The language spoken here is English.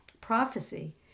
prophecy